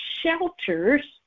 Shelters